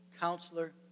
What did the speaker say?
Counselor